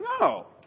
No